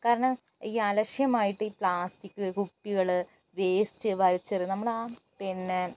കാരണം ഈ അലക്ഷ്യമായിട്ട് ഈ പ്ലാസ്റ്റിക്ക് കുപ്പികൾ വേസ്റ്റ് വലിച്ചെറിയുന്നത് നമ്മൾ ആ പിന്നെ